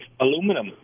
aluminum